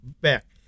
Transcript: back